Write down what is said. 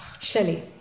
Shelley